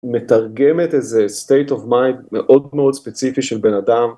מתרגמת איזה state of mind מאוד מאוד ספציפי של בן אדם.